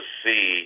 see